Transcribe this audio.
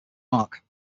mark